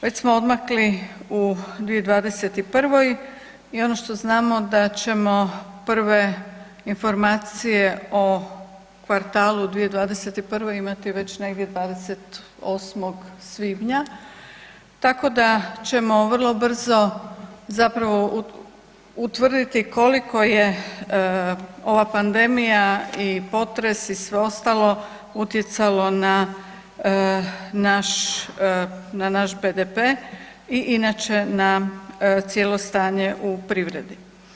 Već smo odmakli u 2021. i ono što znamo da ćemo prve informacije o kvartalu 2021. imati već negdje 28. svibnja tako da ćemo vrlo brzo zapravo utvrditi koliko je ova pandemija i potres i sve ostalo utjecalo na naš BDP i inače na cijelo stanje u privredi.